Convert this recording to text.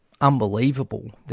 unbelievable